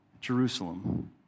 Jerusalem